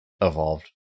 evolved